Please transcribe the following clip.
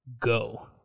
go